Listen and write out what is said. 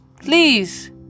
please